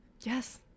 Yes